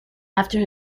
after